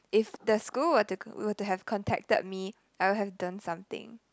if the school were to co~ were to have contacted me I would have done something